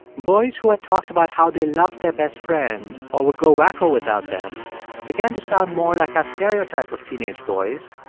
boys who had talked about how they loved their best friend or would go wacko without them began to sound more like our stereotype of teenage boys,